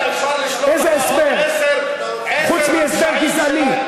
איזה הסבר חוץ מהסבר גזעני?